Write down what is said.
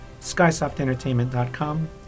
skysoftentertainment.com